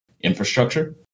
infrastructure